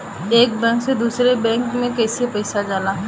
एक बैंक से दूसरे बैंक में कैसे पैसा जाला?